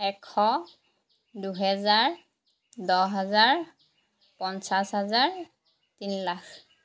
এশ দুহেজাৰ দহ হাজাৰ পঞ্চাছ হাজাৰ তিন লাখ